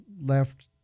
left